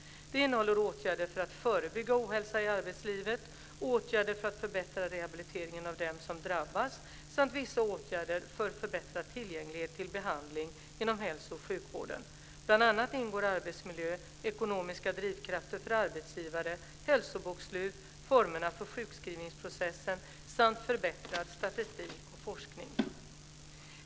Den innehåller åtgärder för att förebygga ohälsa i arbetslivet, åtgärder för att förbättra rehabiliteringen av dem som drabbas samt vissa åtgärder för förbättrad tillgänglighet till behandling inom hälso och sjukvården. Bl.a. ingår arbetsmiljö, ekonomiska drivkrafter för arbetsgivare, hälsobokslut, formerna för sjukskrivningsprocessen samt förbättrad statistik och forskning.